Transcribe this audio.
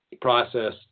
process